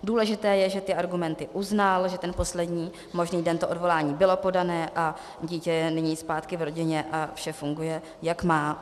Důležité je, že ty argumenty uznal, že v poslední možný den to odvolání bylo podané a dítě je nyní zpátky v rodině a vše funguje, jak má.